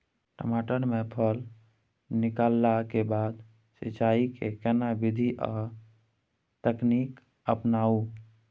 टमाटर में फल निकलला के बाद सिंचाई के केना विधी आर तकनीक अपनाऊ?